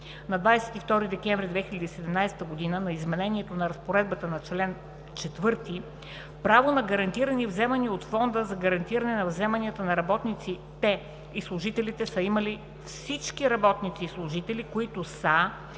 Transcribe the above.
на 22 декември 2017 г. на изменението на разпоредбата на чл. 4 право на гарантирани вземания от Фонда за гарантиране на вземанията на работниците и служителите са имали всички работници и служители, които са